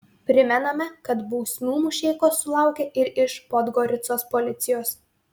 primename kad bausmių mušeikos sulaukė ir iš podgoricos policijos